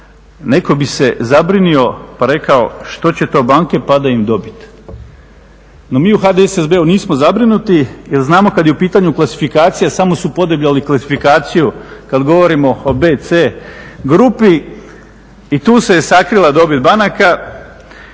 Netko bi se zabrinuo pa rekao što će to banke, pada im dobit. No mi u HDSSB-u nismo zabrinuti, jer znamo kad je u pitanju klasifikacija samo su podebljali klasifikaciju kad govorimo o B, C grupi i tu se je sakrila dobit banaka.